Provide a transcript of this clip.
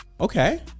Okay